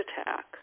attack